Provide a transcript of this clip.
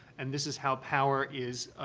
and this is how power is,